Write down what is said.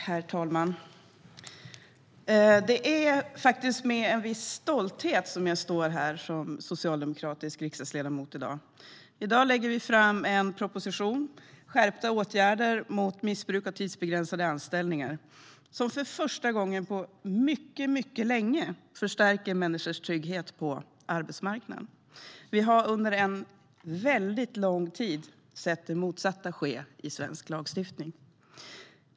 Herr talman! Det är med en viss stolthet som jag i dag står här som socialdemokratisk riksdagsledamot. I dag lägger vi fram en proposition, Skärpta åtgärder mot missbruk av tidsbegränsade anställningar , som för första gången på mycket länge stärker människors trygghet på arbetsmarknaden. Vi har under en väldigt lång tid sett det motsatta ske i svensk lagstiftning.